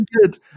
good